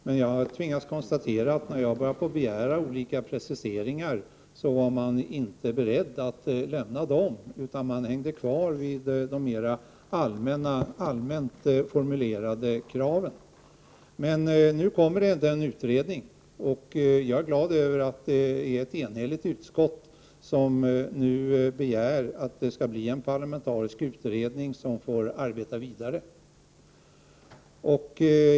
Men jag har tvingats konstatera att när jag begär olika preciseringar är de inte beredda att lämna sådana, utan de hänger kvar vid de mer allmänt formulerade kraven. Men nu kommer en utredning. Jag är glad över att det är ett enhälligt utskott som begär att en parlamentarisk utredning skall få arbeta vidare.